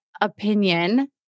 opinion